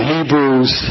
Hebrews